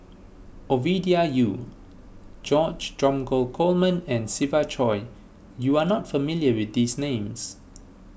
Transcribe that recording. Ovidia Yu George Dromgold Coleman and Siva Choy you are not familiar with these names